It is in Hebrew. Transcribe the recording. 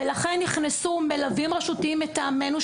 לכן נכנסו מלווים רשותיים מטעמנו,